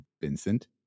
Vincent